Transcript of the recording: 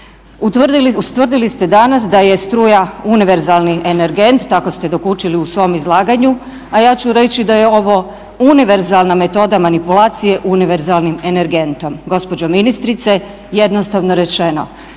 Ustvrdili ste danas da je struja univerzalni energent, tako ste dokučili u svom izlaganju, a ja ću reći da je ovo univerzalna metoda manipulacije univerzalnim energentom. Gospođo ministrice jednostavno rečeno,